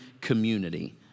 community